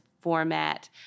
format